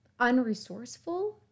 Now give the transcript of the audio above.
unresourceful